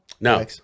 No